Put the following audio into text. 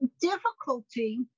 difficulty